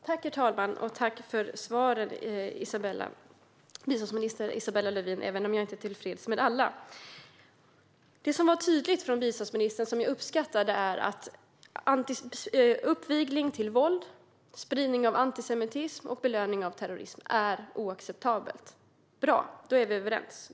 Herr talman! Tack för svaren, biståndsminister Isabella Lövin, även om jag inte är tillfreds med alla. Det var tydligt från biståndsministern, vilket jag uppskattar, att uppvigling till våld, spridning av antisemitism och belöning av terrorism är oacceptabelt. Bra, då är vi överens.